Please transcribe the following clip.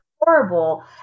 horrible